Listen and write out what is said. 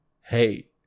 Hey